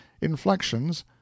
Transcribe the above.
inflections